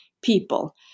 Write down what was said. people